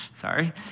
sorry